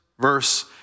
verse